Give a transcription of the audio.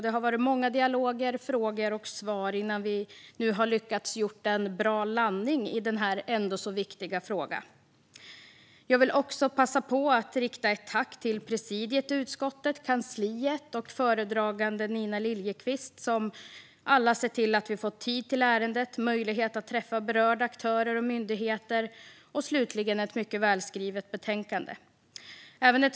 Det har varit många dialoger, frågor och svar innan vi nu lyckats göra en bra landning i denna ändå så viktiga fråga. Jag vill passa på att rikta ett tack till presidiet i utskottet, kansliet och föredragande Nina Liljeqvist som alla har sett till att vi har fått tid till ärendet, möjlighet att träffa berörda aktörer och myndigheter och slutligen ett mycket välskrivet betänkande.